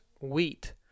wheat